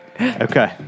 Okay